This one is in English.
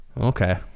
Okay